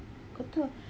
itu